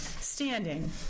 standing